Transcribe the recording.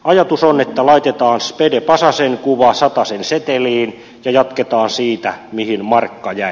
ajatus on että laitetaan spede pasasen kuva satasen seteliin ja jatketaan siitä mihin markka jäi